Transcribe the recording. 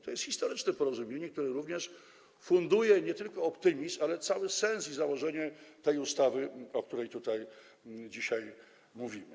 To jest historyczne porozumienie, które funduje nie tylko optymizm, ale cały sens, założenie tej ustawy, o której tutaj dzisiaj mówimy.